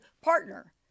partner